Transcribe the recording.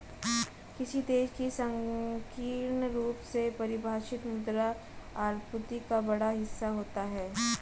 किसी देश की संकीर्ण रूप से परिभाषित मुद्रा आपूर्ति का बड़ा हिस्सा होता है